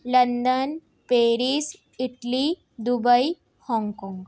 London Paris Italy Dubai Hong Kong